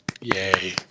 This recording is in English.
Yay